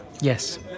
yes